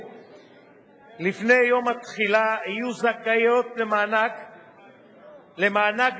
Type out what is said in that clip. לפני יום התחילה יהיו זכאיות למענק בלבד,